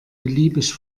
beliebig